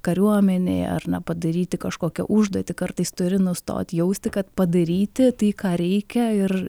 kariuomenėj ar ne padaryti kažkokią užduotį kartais turi nustot jausti kad padaryti tai ką reikia ir